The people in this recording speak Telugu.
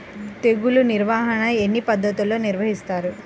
తెగులు నిర్వాహణ ఎన్ని పద్ధతుల్లో నిర్వహిస్తారు?